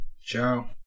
ciao